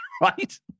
right